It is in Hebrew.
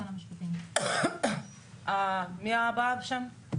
אפשר הסבר ארוך כי קראתם פרק ארוך.